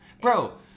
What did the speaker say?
Bro